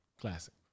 Classic